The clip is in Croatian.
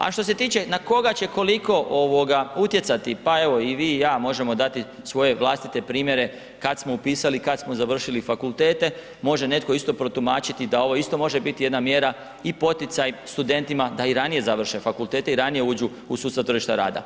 A što se tiče na koga će koliko utjecati, pa evo i vi i ja možemo dati svoje vlastite primjere kada smo upisali, kada smo završili fakultete može isto neko protumačiti da ovo isto može biti jedna mjera i poticaj studentima da i ranije završe fakultete i ranije uđu u sustav tržišta rada.